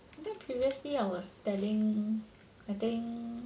they previously I was telling I think